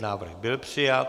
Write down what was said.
Návrh byl přijat.